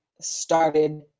started